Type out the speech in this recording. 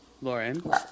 Lauren